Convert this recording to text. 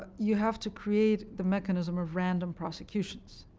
ah you have to create the mechanism of random prosecutions,